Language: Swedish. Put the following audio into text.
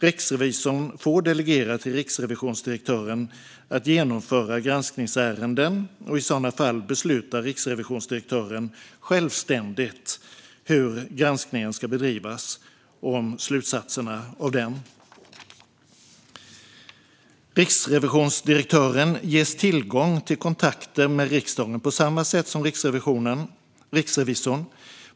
Riksrevisorn får delegera till riksrevisionsdirektören att genomföra granskningsärenden, och i sådana fall beslutar riksrevisionsdirektören självständigt hur granskningen ska bedrivas och om slutsatserna av den. Riksrevisionsdirektören ges tillgång till kontakter med riksdagen på samma sätt som riksrevisorn.